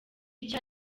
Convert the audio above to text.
icyo